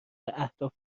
اهداف